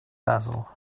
basil